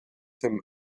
him